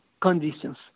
conditions